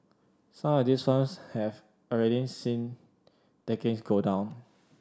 some of these firms have already seen takings go down